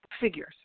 figures